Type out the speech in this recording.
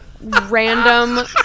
random